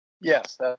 Yes